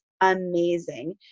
amazing